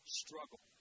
struggle